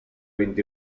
vint